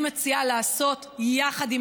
לעשות יחד עם